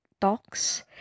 talks